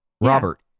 robert